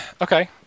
Okay